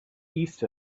east